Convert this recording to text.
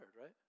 right